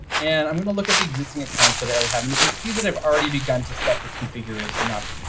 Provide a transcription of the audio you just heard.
and i'm going to look at the existing accounts that i already have. and you can see that i've already begun to set this configuration up.